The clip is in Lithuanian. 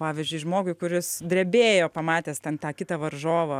pavyzdžiui žmogui kuris drebėjo pamatęs ten tą kitą varžovą